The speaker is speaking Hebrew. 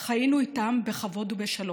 חיינו איתם בכבוד ובשלום.